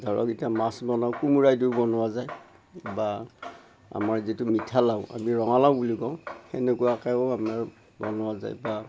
ধৰক এতিয়া মাছ বনাওঁ কোমোৰাইদিও বনোৱা যায় বা আমাৰ যিটো মিঠা লাও আমি ৰঙালাও বুলি কওঁ সেনেকুৱাকৈও আমাৰ বনোৱা যায় বা